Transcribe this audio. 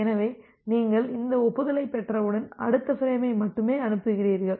எனவே நீங்கள் இந்த ஒப்புதலைப் பெற்றவுடன் அடுத்த ஃபிரேமை மட்டுமே அனுப்புகிறீர்கள்